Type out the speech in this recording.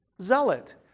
Zealot